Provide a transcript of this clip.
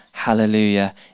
Hallelujah